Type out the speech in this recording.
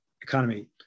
economy